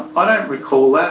i don't recall yeah